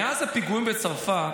מאז הפיגועים בצרפת,